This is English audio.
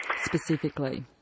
specifically